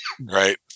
Right